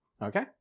Okay